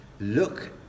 Look